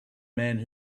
man